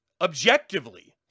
objectively